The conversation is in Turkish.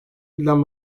edilen